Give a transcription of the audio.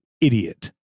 idiot